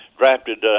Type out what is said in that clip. drafted